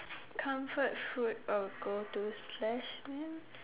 comfort food or go to slash eat